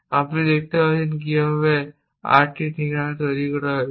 আপনি দেখতে পাচ্ছেন কিভাবে 8টি ঠিকানা তৈরি করা হয়েছে